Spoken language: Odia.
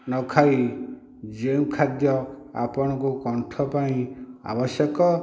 ନ ଖାଇ ଯେଉଁ ଖାଦ୍ୟ ଆପଣଙ୍କୁ କଣ୍ଠ ପାଇଁ ଆବଶ୍ୟକ